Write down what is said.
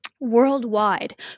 worldwide